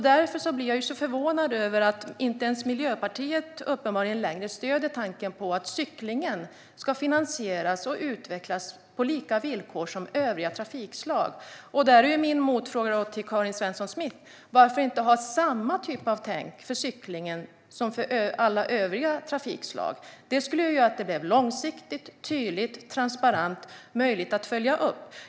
Därför blir jag förvånad över att inte ens Miljöpartiet uppenbarligen längre stöder tanken på att cyklingen ska finansieras och utvecklas på samma villkor som övriga trafikslag. Min motfråga till Karin Svensson Smith blir: Varför inte ha samma tänk för cyklingen som för alla övriga trafikslag? Det skulle ju göra att det blev långsiktigt, tydligt, transparent och möjligt att följa upp.